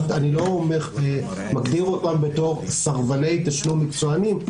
אני לא מגדיר אותם בתור סרבני תשלום מקצוענים,